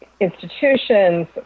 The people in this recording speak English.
institutions